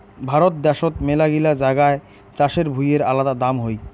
ভারত দ্যাশোত মেলাগিলা জাগায় চাষের ভুঁইয়ের আলাদা দাম হই